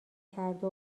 کرده